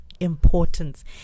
importance